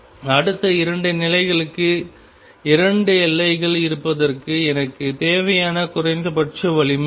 அடுத்த இரண்டு நிலைகளுக்கு இரண்டு எல்லைகள் இருப்பதற்கு எனக்கு தேவையான குறைந்தபட்ச வலிமை என்ன